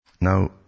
now